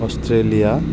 Australia